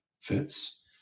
fits